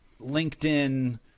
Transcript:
LinkedIn